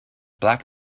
black